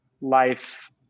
life